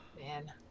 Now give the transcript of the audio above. man